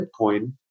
Bitcoin